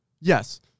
Yes